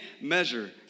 measure